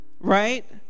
right